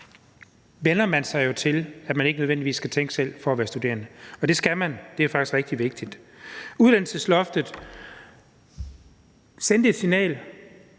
vænner man sig jo til, at man ikke nødvendigvis skal tænke selv for at være studerende, men det skal man, og det er faktisk rigtig vigtigt. Uddannelsesloftet sendte et signal,